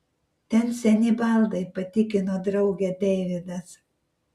ten seni baldai patikino draugę deividas